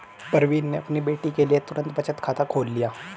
प्रवीण ने अपनी बेटी के लिए तुरंत बचत खाता खोल लिया